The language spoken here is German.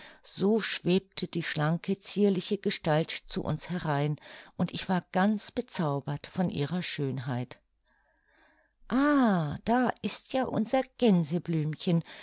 so schwebte die schlanke zierliche gestalt zu uns herein und ich war ganz bezaubert von ihrer schönheit ah da ist ja unser